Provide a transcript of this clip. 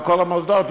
בכל המוסדות,